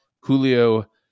Julio